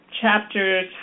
chapters